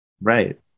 Right